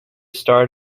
start